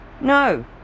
No